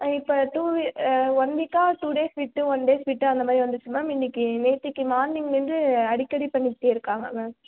இப்போ two week one வீக்காக two days விட்டு ஒன் டேஸ் விட்டு அந்த மாதிரி வந்துச்சு மேம் இன்னைக்கு நேற்றிக்கு மார்னிங்க்லேருந்து அடிக்கடி பண்ணிக்கிட்டே இருக்காங்க மேம்